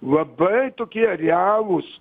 labai tokie realūs